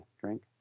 drink